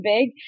big